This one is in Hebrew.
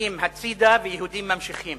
נלקחים הצדה ויהודים ממשיכים.